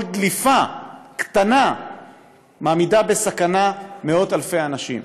דליפה קטנה מעמידה בסכנה מאות-אלפי אנשים.